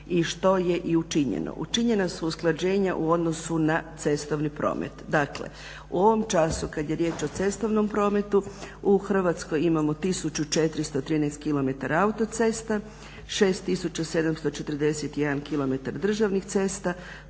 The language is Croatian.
što je i učinjeno. Učinjena su usklađenja u odnosu na cestovni promet. Dakle u ovom času kada je riječ o cestovnom prometu u Hrvatskoj ima 1413km autoceste, 6741km državnih cesta,